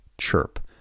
CHIRP